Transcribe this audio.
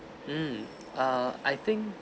um err I think